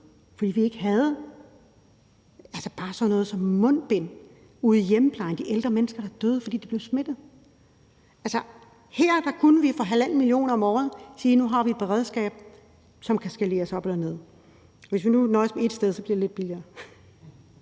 fordi vi ikke havde bare sådan noget som mundbind ude i hjemmeplejen, altså de ældre mennesker, der døde, fordi de blev smittet? Her kunne vi for 1,5 mio. kr. om året sige, at nu har vi et beredskab, som kan skaleres op eller ned. Hvis nu vi nøjes med ét sted, bliver det lidt billigere.